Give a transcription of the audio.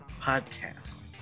Podcast